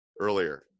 Earlier